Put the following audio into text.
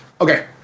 Okay